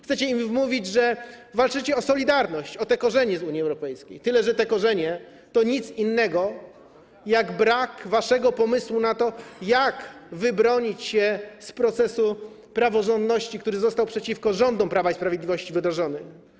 Chcecie im wmówić, że walczycie o solidarność, o korzenie Unii Europejskiej, tyle że te korzenie to nic innego jak brak waszego pomysłu na to, jak wybronić się z procesu praworządności, który został przeciwko rządom Prawa i Sprawiedliwości wdrożony.